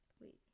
Wait